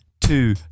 two